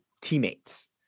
teammates